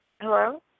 Hello